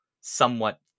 somewhat